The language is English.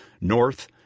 North